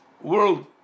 world